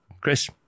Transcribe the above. Chris